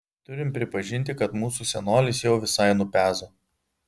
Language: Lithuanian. turim pripažinti kad mūsų senolis jau visai nupezo